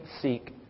seek